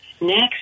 Next